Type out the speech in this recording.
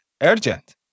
urgent